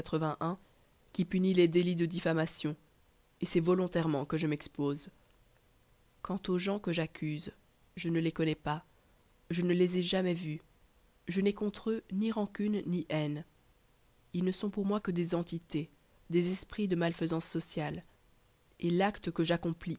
qui punit les délits de diffamation et c'est volontairement que je m'expose quant aux gens que j'accuse je ne les connais pas je ne les ai jamais vus je n'ai contre eux ni rancune ni haine ils ne sont pour moi que des entités des esprits de malfaisance sociale et l'acte que j'accomplis